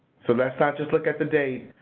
so let's not just look at the dates.